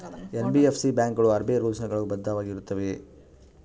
NBFC ಬ್ಯಾಂಕುಗಳು RBI rules ಗಳು ಬದ್ಧವಾಗಿ ಇರುತ್ತವೆಯ?